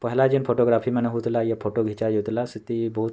ପହେଲା ଯେନ୍ ଫଟୋଗ୍ରାଫିମାନେ ହେଉଥିଲା ୟା ଫଟୋ ଘିଚା ଯାଉଥିଲା ସେଥି ବହୁତ୍